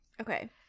Okay